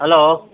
hello